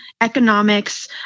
economics